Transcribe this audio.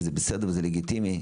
וזה בסדר ולזה לגיטימי.